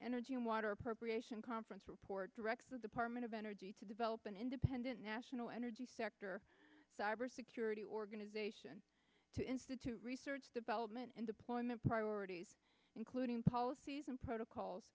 energy and water appropriation conference report directs the department of energy to develop an independent national energy sector cyber security organization to institute research development and deployment priorities including policies and protocols